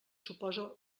suposa